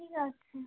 ঠিক আছে